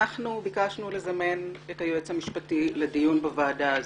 אנחנו ביקשנו לזמן את היועץ המשפטי לדיון בוועדה הזאת,